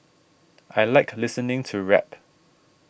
I like listening to rap